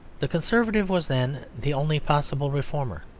the conservative was then the only possible reformer.